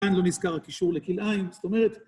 כאן לא נזכר הקישור לכלאיים, זאת אומרת...